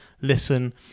listen